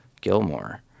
Gilmore